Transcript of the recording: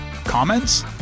comments